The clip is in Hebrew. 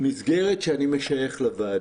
מסגרת החוק שאני משייך לוועדה.